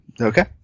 Okay